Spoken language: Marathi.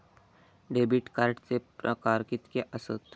डेबिट कार्डचे प्रकार कीतके आसत?